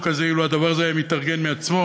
הזה אילו הדבר הזה היה מתארגן מעצמו,